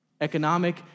economic